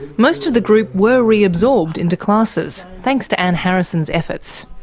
most of the group were reabsorbed into classes, thanks to anne harrison's efforts.